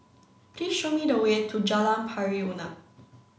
please show me the way to Jalan Pari Unak